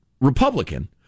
Republican